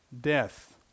death